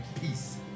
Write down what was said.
peace